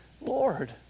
Lord